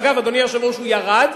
אגב, אדוני היושב-ראש, הוא ירד,